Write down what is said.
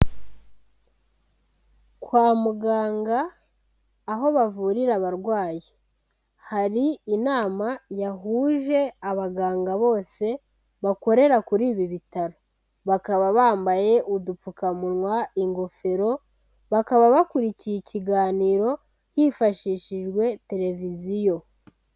Kwa muganga, aho bavurira abarwayi, hari inama yahuje abaganga bose bakorera kuri ibi bitaro, bakaba bambaye udupfukamunwa, ingofero, bakaba bakurikiye ikiganiro hifashishijwe televiziyo.